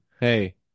Hey